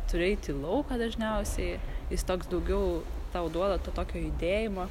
turi eit į lauką dažniausiai jis toks daugiau tau duoda to tokio judėjimo